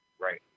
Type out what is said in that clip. right